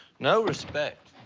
no respect.